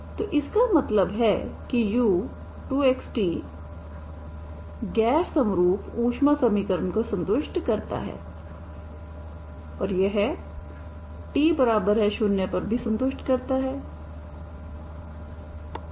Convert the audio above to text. तो इसका मतलब है कि u2xt गैर समरूप ऊष्मा समीकरण को संतुष्ट करता है और यह t0 पर भी संतुष्ट करता है